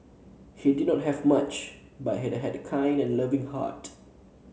he did not have much but he had a kind and loving heart